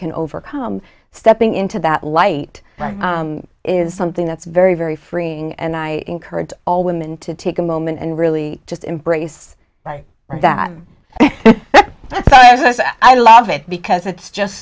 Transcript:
can overcome stepping into that light is something that's very very freeing and i encourage all women to take a moment and really just embrace that i'm as i say i love it because it's just